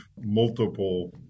multiple